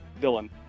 Dylan